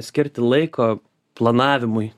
skirti laiko planavimui